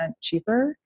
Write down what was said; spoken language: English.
cheaper